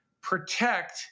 protect